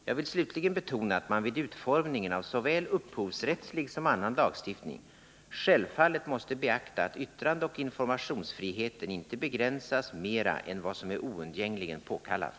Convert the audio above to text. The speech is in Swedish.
Jag vill slutligen betona att man vid utformningen av såväl upphovsrättslig som annan lagstiftning självfallet måste beakta att yttrandeoch informationsfriheten inte begränsas mera än vad som är oundgängligen påkallat.